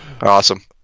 Awesome